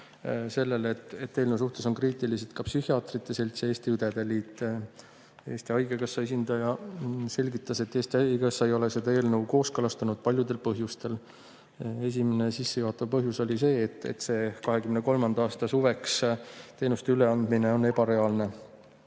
sellele, et eelnõu suhtes on kriitilised ka psühhiaatrite selts ja õdede liit. Eesti Haigekassa esindaja selgitas, et haigekassa ei ole seda eelnõu kooskõlastanud paljudel põhjustel. Esimene, sissejuhatav põhjus oli see, et 2023. aasta suveks teenuste üleandmine on ebareaalne.